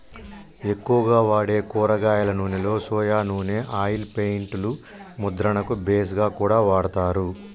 ఎక్కువగా వాడే కూరగాయల నూనెలో సొయా నూనె ఆయిల్ పెయింట్ లు ముద్రణకు బేస్ గా కూడా వాడతారు